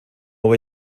voy